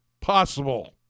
possible